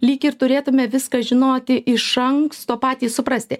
lyg ir turėtumėme viską žinoti iš anksto patys suprasti